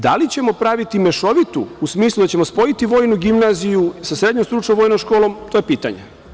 Da li ćemo praviti mešovitu, u smislu da ćemo spojiti vojnu gimnaziju sa srednjom stručnom vojnom školom, to je pitanje.